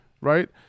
right